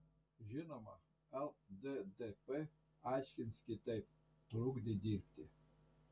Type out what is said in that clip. žinoma lddp aiškins kitaip trukdė dirbti